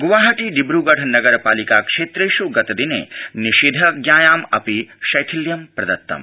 गुवाहाटी डिब्रगढ नगरपालिका क्षेत्रेष् गतपिने निषेधाजायाम् अपि शैथिल्यं प्र त्तम